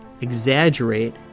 exaggerate